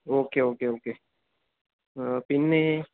okay okay okay പിന്നെ